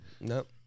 Nope